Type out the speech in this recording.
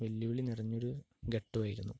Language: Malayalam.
വെല്ലുവിളി നിറഞ്ഞൊരു ഘട്ടമായിരുന്നു